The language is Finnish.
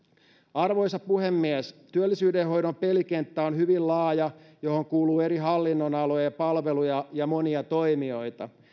arvoisa puhemies työllisyyden hoidon pelikenttä on hyvin laaja ja siihen kuuluu eri hallinnonalojen palveluja ja monia toimijoita